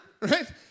right